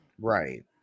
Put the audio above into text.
Right